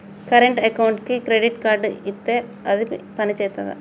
Current అకౌంట్కి credit card ఇత్తే అది పని చేత్తదా?